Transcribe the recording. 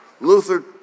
Luther